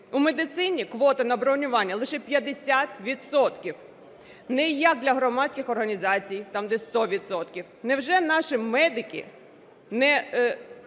У медицині квота на бронювання лише 50 відсотків, не як для громадських організацій, там, де 100